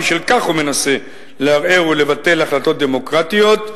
ובשל כך הוא מנסה לערער ולבטל החלטות דמוקרטיות.